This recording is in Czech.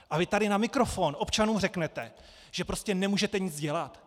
A vy tady na mikrofon občanům řeknete, že prostě nemůžete nic dělat?